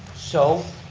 so,